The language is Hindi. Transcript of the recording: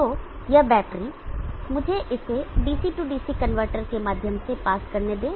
तो यह बैटरी मुझे इसे DC DC कनवर्टर के माध्यम से पास करने दें